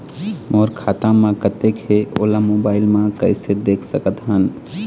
मोर खाता म कतेक हे ओला मोबाइल म कइसे देख सकत हन?